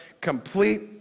Complete